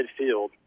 midfield